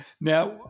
Now –